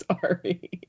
sorry